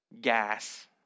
gas